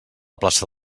plaça